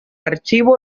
archivo